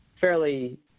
fairly